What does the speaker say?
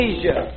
Asia